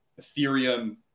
Ethereum